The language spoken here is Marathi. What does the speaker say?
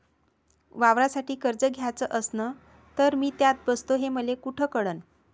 वावरासाठी कर्ज घ्याचं असन तर मी त्यात बसतो हे मले कुठ कळन?